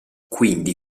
quindi